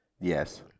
Yes